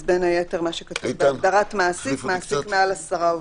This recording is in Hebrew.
אז בין היתר מה שכתוב כאן בהגדרת "מעסיק" מעסיק מעל עשרה עובדים.